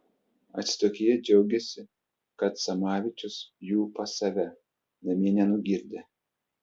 atsitokėję džiaugėsi kad samavičius jų pas save namie nenugirdė